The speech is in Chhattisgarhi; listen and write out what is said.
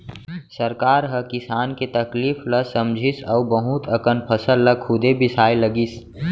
सरकार ह किसान के तकलीफ ल समझिस अउ बहुत अकन फसल ल खुदे बिसाए लगिस